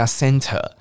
center